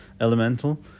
elemental